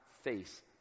face